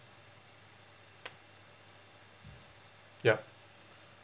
yup